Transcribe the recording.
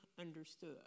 understood